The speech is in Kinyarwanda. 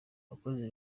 abakozi